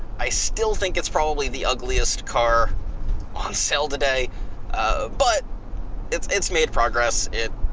i still think it's probably the ugliest car on sale today but it's it's made progress,